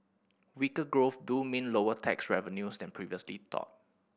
weaker growth do mean lower tax revenues than previously thought